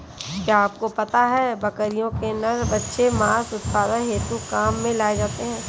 क्या आपको पता है बकरियों के नर बच्चे मांस उत्पादन हेतु काम में लाए जाते है?